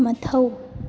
ꯃꯊꯧ